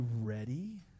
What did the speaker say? ready